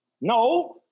No